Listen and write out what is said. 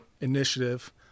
initiative